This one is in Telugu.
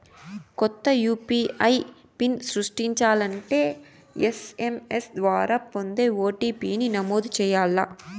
కొత్త యూ.పీ.ఐ పిన్ సృష్టించాలంటే ఎస్.ఎం.ఎస్ ద్వారా పొందే ఓ.టి.పి.ని నమోదు చేయాల్ల